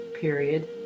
period